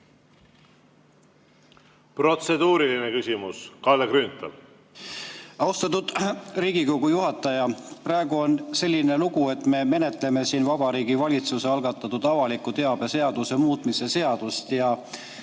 Protseduuriline küsimus, Kalle Grünthal.